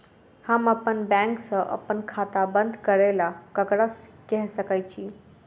हम अप्पन बैंक सऽ अप्पन खाता बंद करै ला ककरा केह सकाई छी?